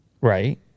Right